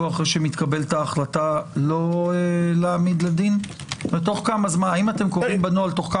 אחרי שמתקבלת ההחלטה לא להעמיד לדין ותוך כמה זמן?